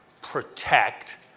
protect